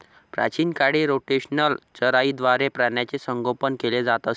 प्राचीन काळी रोटेशनल चराईद्वारे प्राण्यांचे संगोपन केले जात असे